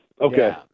Okay